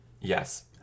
Yes